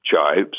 chives